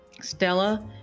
Stella